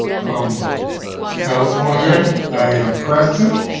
from california, i am present